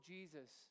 Jesus